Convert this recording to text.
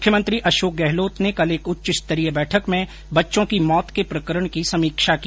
मुख्यमंत्री अशोक गहलोत ने कल एक उच्चस्तरीय बैठक में बच्चों की मौत के प्रकरण की समीक्षा की